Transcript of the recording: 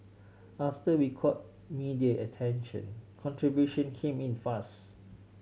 after we caught media attention contribution came in fast